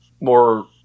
more